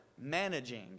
managing